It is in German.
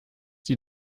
die